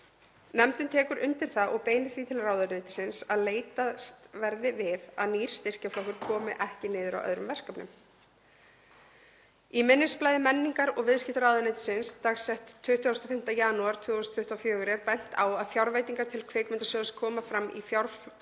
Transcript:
Nefndin tekur undir það og beinir því til ráðuneytisins að leitast verði við að nýr styrkjaflokkur komi ekki niður á öðrum verkefnum. Í minnisblaði menningar- og viðskiptaráðuneytisins, dagsettu 25. janúar 2024, er bent á að fjárveitingar til Kvikmyndasjóðs koma fram í fjárlögum